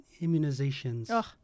immunizations